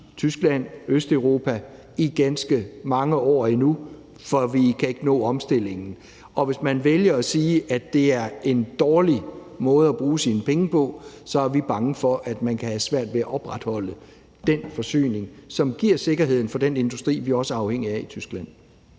Tyskland og Østeuropa i ganske mange år endnu, for vi kan ikke nå omstillingen. Og hvis man vælger at sige, at det er en dårlig måde at bruge sine penge på, er vi bange for, at man kan have svært ved at opretholde den forsyning, som giver sikkerhed for den industri i Tyskland, vi også er afhængige af. Kl.